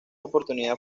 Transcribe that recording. oportunidad